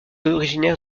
originaire